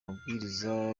amabwiriza